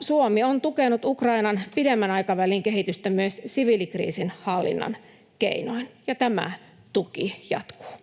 Suomi on tukenut Ukrainan pidemmän aikavälin kehitystä myös siviilikriisinhallinnan keinoin, ja tämä tuki jatkuu.